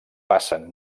passen